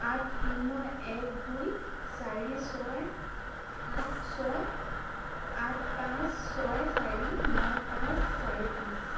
আঠ শূন্য এক দুই চাৰি ছয় সাত ছয় আঠ পাঁচ ছয় চাৰি ন পাঁচ চাৰি পাঁচ